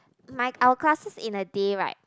my our classes in the day right